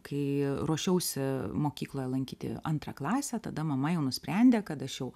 kai ruošiausi mokykloj lankyti antrą klasę tada mama jau nusprendė kad aš jau